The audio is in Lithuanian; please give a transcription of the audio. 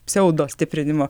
pseudo stiprinimo